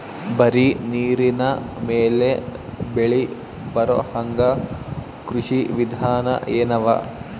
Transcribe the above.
ಬರೀ ನೀರಿನ ಮೇಲೆ ಬೆಳಿ ಬರೊಹಂಗ ಕೃಷಿ ವಿಧಾನ ಎನವ?